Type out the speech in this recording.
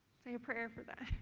say a prayer for that.